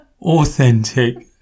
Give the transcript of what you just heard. Authentic